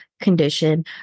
condition